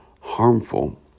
harmful